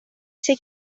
ser